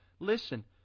Listen